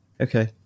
Okay